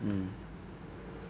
mm